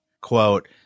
Quote